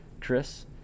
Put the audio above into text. Chris